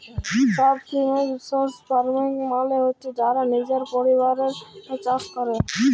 subsistence farming মালে হছে যারা লিজের পরিবারের জ্যনহে চাষ ক্যরে